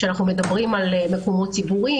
כשאנחנו מדברים על מקומות ציבוריים,